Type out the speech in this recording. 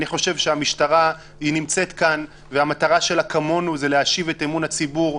אני חושב שהמשטרה נמצאת כאן והמטרה שלה כמונו היא להשיב את אמון הציבור,